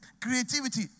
Creativity